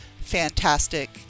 fantastic